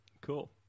Cool